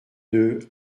deux